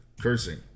Cursing